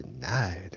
denied